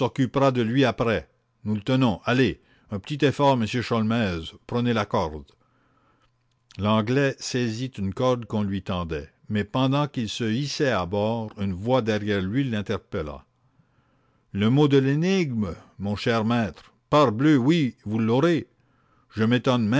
s'occupera de lui après nous le tenons allez un petit effort monsieur sholmès prenez la corde l'anglais saisit une corde qu'on lui tendait mais pendant qu'il se hissait à bord une voix derrière lui l'interpella le mot de l'énigme mon cher maître parbleu oui vous l'aurez je m'étonne